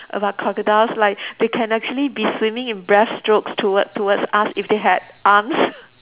about crocodiles like they can actually be swimming in breaststrokes toward towards us if they had arms